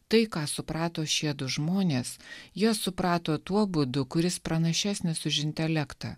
tai ką suprato šiedu žmonės jie suprato tuo būdu kuris pranašesnis už intelektą